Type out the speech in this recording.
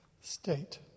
state